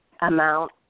amount